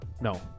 No